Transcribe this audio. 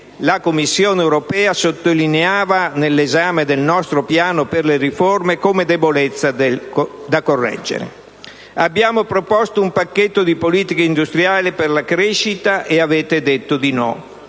la Commissione europea sottolineava, nell'esame del nostro piano per le riforme, come debolezza da correggere. Abbiamo proposto un pacchetto di politiche industriali per la crescita e avete detto di no: